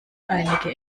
einige